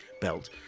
belt